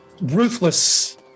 ruthless